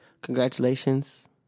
congratulations